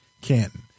Canton